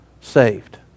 saved